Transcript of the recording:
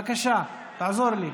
בבקשה תעזור לי.